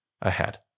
ahead